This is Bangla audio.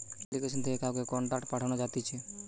আপ্লিকেশন থেকে কাউকে কন্টাক্ট পাঠানো যাতিছে